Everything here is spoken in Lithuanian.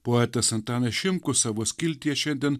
poetas antanas šimkus savo skiltyje šiandien